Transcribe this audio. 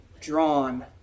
drawn